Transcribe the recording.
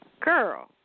girl